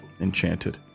enchanted